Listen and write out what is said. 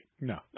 No